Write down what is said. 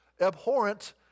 abhorrent